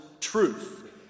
truth